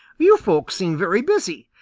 you folks seem very busy.